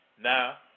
Now